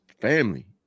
family